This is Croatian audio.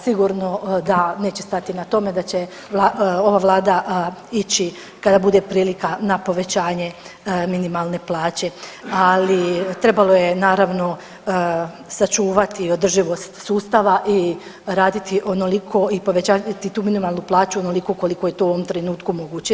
Sigurno da neće stati na tome da će ova vlada ići kada bude prilika na povećanje minimalne plaće, ali trebalo je naravno sačuvati održivost sustava i raditi onoliko i povećavati tu minimalnu plaću onoliko koliko je to u ovom trenutku moguće.